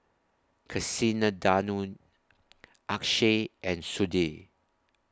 Kasinadhuni Akshay and Sudhir